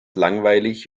langweilig